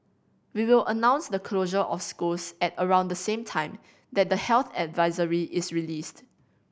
we will announce the closure of schools at around the same time that the health advisory is released